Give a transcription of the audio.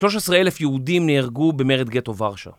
13,000 יהודים נהרגו במרד גטו ורשה